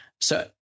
So-